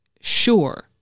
sure